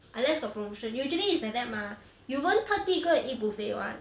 unless the promotion usually is like that mah you won't 特地 go and eat buffet [one]